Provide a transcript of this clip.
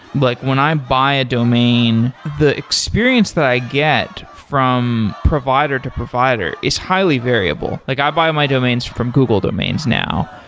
like when i buy a domain, the experience that i get from provider to provider is highly variable. like i buy my domains from google domains now.